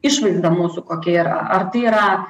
išvaizda mūsų kokia yra ar tai yra